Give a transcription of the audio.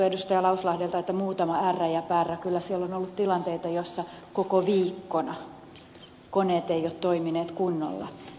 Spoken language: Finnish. lauslahdelta että muutama ärrä ja pärrä kyllä siellä on ollut tilanteita joissa koko viikkona koneet eivät toimineet kunnolla